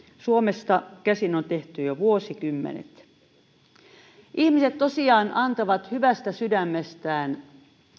suomesta käsin on tehty jo vuosikymmenet ihmiset tosiaan antavat hyvästä sydämestään